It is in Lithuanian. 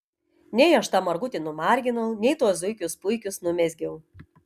nei aš tą margutį numarginau nei tuos zuikius puikius numezgiau